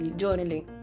journaling